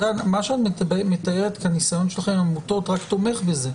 אבל מה שאת מתארת כניסיון שלכם עם עמותות רק תומך בזה,